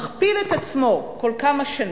מכפיל את עצמו כל כמה שנים,